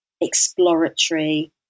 exploratory